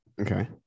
Okay